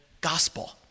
gospel